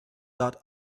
dot